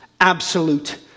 absolute